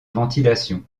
ventilation